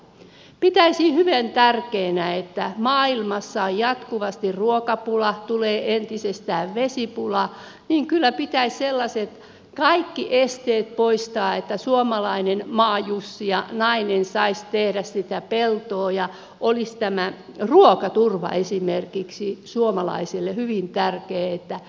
pitäisin kyllä hyvin tärkeänä että kun maailmassa on jatkuvasti ruokapula tulee entisestään vesipula niin kaikki sellaiset esteet poistettaisiin että suomalainen maajussi ja nainen saisivat tehdä sitä peltoa ja olisi tämä ruokaturva esimerkiksi se on suomalaisille hyvin tärkeä